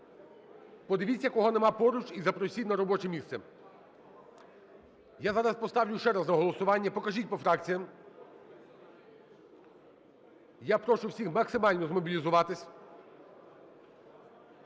подивіться, кого немає поруч і запросіть на робоче місце. Я зараз поставлю ще раз на голосування. Покажіть по фракціям. Я прошу всіх максимально змобілізуватися.